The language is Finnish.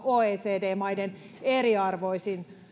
oecd maiden eriarvoisin